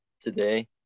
today